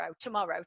tomorrow